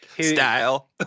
style